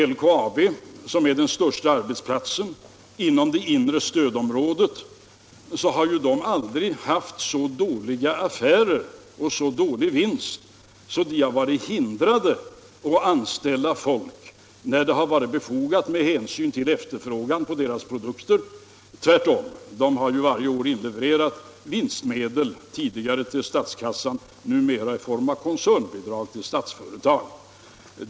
LKAB, som är den största arbetsgivaren inom det inre stödområdet, har aldrig haft så dåliga affärer och så dålig vinst att företaget inte kunnat anställa folk när detta varit befogat med hänsyn till efterfrågan på dess produkter; tvärtom har bolaget tidigare varje år inlevererat vinstmedel till statskassan — numera sker det som bekant i form av koncernbidrag till Statsföretag AB.